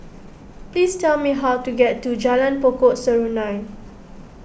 please tell me how to get to Jalan Pokok Serunai